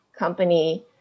company